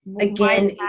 Again